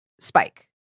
Spike